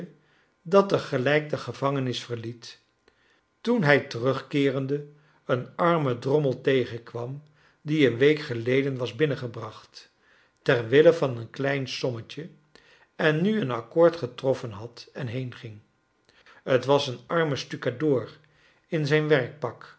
dat tegelijk de gevangenis verliet toen hij terugkeerende een armen di'ommel tegenkwam die een week geleden was binnengebracht ter wille van een klein sommetje en nu een accoord getroffen had en heenging t was een arme stukadoor in zijn werkpak